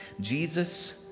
Jesus